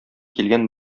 килгән